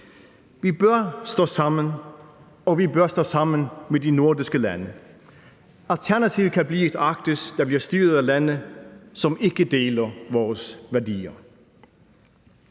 Vi bør stå sammen, og vi bør stå sammen med de nordiske lande. Alternativet kan blive et Arktis, der bliver styret af lande, som ikke deler vores værdier.